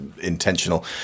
intentional